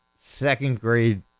second-grade